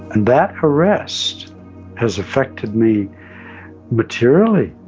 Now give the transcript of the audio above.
and that arrest has affected me materially.